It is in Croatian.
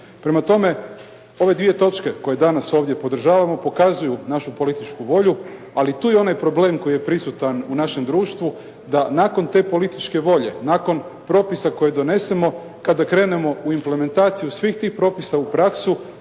Prema tome ove dvije točke koje danas ovdje podržavamo pokazuju našu političku volju, ali tu je onaj problem koji je prisutan u našem društvu da nakon te političke volje, nakon propisa koje donesemo kada krenemo u implementaciju svih tih propisa u praksu